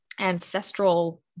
ancestral